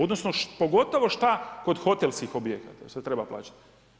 Odnosno, pogotovo šta kod hotelskih objekata se treba plaćati.